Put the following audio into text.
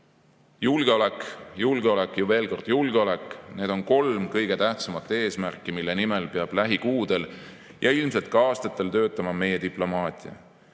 Julgeolek, julgeolek ja veel kord julgeolek – need on kolm kõige tähtsamat eesmärki, mille nimel peab lähikuudel ja ilmselt ka aastatel töötama meie diplomaatia.